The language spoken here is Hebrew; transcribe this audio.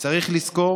צריך לזכור